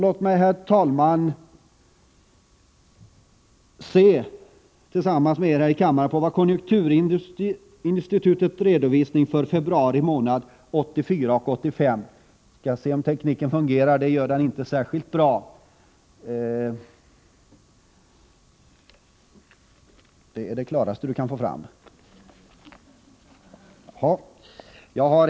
Låt oss se på en redovisning från konjunkturinstitutet som nu visas på kammarens bildskärm, även om det är svårt att uppfatta diagrammet där.